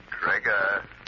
Trigger